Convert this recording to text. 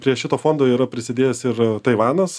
prie šito fondo yra prisidėjęs ir taivanas